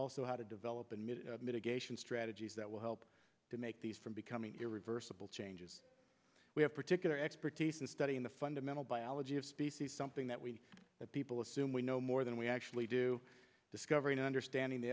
also how to develop and middle mitigation strategies that will help to make these from becoming versatile changes we have particular expertise in studying the fundamental biology of species something that we that people assume we know more than we actually do discovering understanding the